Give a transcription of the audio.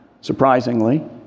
surprisingly